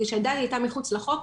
מפני שהדת הייתה מחוץ לחוק,